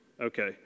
Okay